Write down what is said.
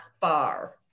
far